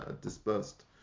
dispersed